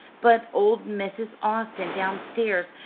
but old mrs. austin, downstairs,